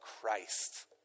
Christ